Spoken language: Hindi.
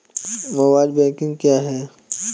मोबाइल बैंकिंग क्या है?